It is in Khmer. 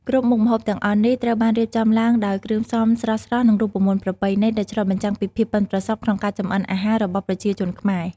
គ្រប់មុខម្ហូបទាំងអស់នេះ ត្រូវបានរៀបចំឡើងដោយគ្រឿងផ្សំស្រស់ៗ និងរូបមន្តប្រពៃណី ដែលឆ្លុះបញ្ចាំងពីភាពប៉ិនប្រសប់ក្នុងការចម្អិនអាហាររបស់ប្រជាជនខ្មែរ។